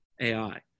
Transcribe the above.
AI